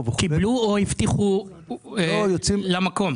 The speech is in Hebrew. קיבלו או הבטיחו למקום?